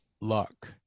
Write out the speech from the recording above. Luck